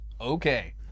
okay